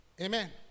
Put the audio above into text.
Amen